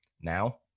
Now